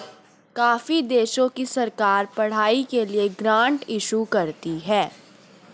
काफी देशों की सरकार पढ़ाई के लिए ग्रांट इशू करती है